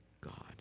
God